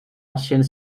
ancienne